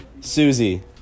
Susie